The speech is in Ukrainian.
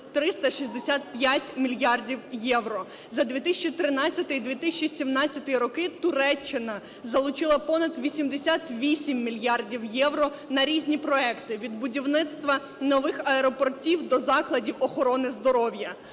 365 мільярдів євро. За 2013-2017 роки Туреччина залучила понад 88 мільярдів євро на різні проекти від будівництва нових аеропортів до закладів охорони здоров'я.